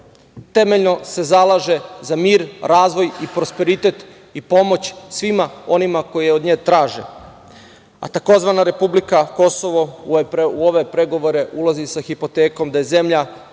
temeljno zalaže za mir, razvoj i prosperitet i pomoć svima onima koji je od nje traže. A, tzv. republika Kosovo u ove pregovore ulazi sa hipotekom da je zemlja